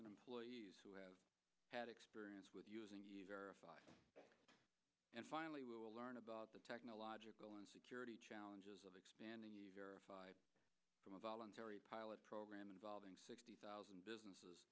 and employees who have had experience with using and finally will learn about the technological and security challenges of expanding from a voluntary pilot program involving sixty thousand businesses